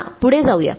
चला पुढे जाऊया